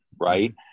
right